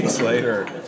later